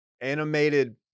animated